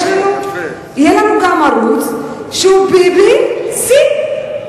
יהיה לנו גם ערוץ שהוא "ביבי, see".